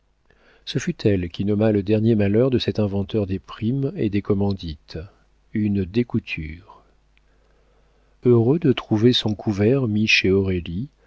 ce fut elle qui nomma le dernier malheur de cet inventeur des primes et des commandites une découture heureux de trouver son couvert